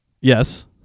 Yes